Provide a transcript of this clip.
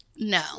No